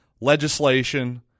legislation